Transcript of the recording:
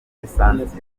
lisansi